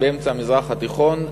באמצע המזרח התיכון,